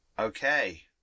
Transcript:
Okay